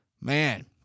Man